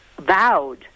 vowed